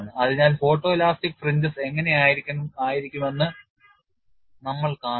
അതിനാൽ photoelastic fringes എങ്ങനെയായിരിക്കുമെന്ന് നമ്മൾ കാണും